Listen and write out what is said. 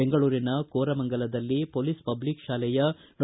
ಬೆಂಗಳೂರಿನ ಕೋರಮಂಗಲದಲ್ಲಿ police public ಶಾಲೆಯ ಡಾ